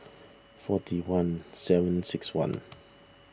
forty one seven six one